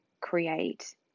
create